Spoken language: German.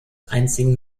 einzigen